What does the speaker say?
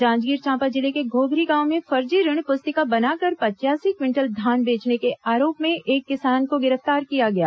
जांजगीर चांपा जिले के घोघरी गांव में फर्जी ऋण पुस्तिका बनाकर पचयासी क्विंटल धान बेचने के आरोप में एक किसान को गिरफ्तार किया गया है